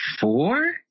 four